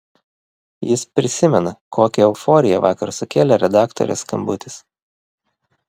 jis prisimena kokią euforiją vakar sukėlė redaktorės skambutis